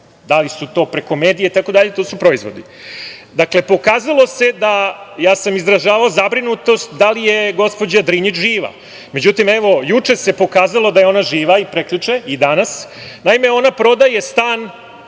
Da li je preko medija ili na drugi način, to su proizvodi. Pokazalo se da, ja sam izražavao zabrinutost da li je gospođa Drinić živa, međutim, evo, juče se pokazalo da je ona živa, i prekjuče, i danas. Naime, ona prodaje stan